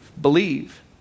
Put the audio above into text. believe